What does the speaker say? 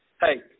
hey